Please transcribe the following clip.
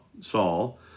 Saul